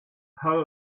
hull